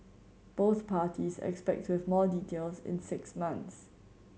both parties expect to have more details in six months